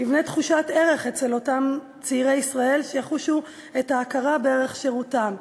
יבנה תחושת ערך אצל אותם צעירי ישראל שיחושו את ההכרה בערך שירותם.